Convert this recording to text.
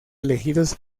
elegidos